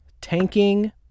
tanking